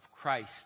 Christ